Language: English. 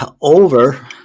over